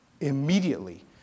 Immediately